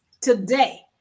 today